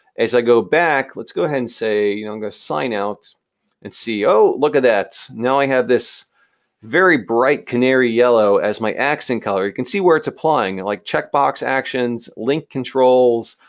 as i go back, let's go ahead and say, you know, i'm gonna sign out and see, oh, look at that. now i have this very bright canary yellow as my accent color. you can see where it's applying. like checkbox actions, link controls,